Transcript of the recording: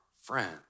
friend